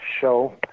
show